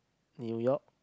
New York